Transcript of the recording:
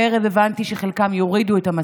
הערב הבנתי שחלקם יורידו את המסכה,